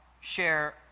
share